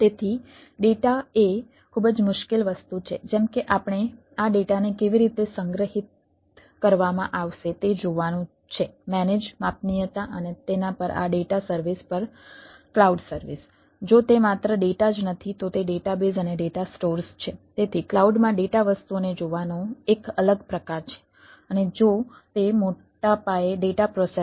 તેથી ડેટા એ ખૂબ જ મુશ્કેલ વસ્તુ છે જેમ કે આપણે આ ડેટાને કેવી રીતે સંગ્રહિત કરવામાં આવશે તે જોવાનું છે મેનેજ માપનીયતા અને તેના પર આ ડેટા સર્વિસ પર ક્લાઉડ સર્વિસ